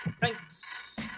Thanks